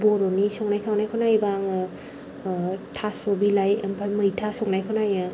बर'नि संनाय खावनायखौ नायोबा आङो थास' बिलाइ ओमफ्राय मैथा संनायखौ नायो